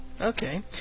Okay